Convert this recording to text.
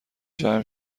جمع